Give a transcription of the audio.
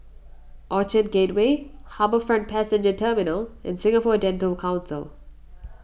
Orchard Gateway HarbourFront Passenger Terminal and Singapore Dental Council